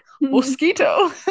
mosquito